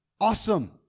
Awesome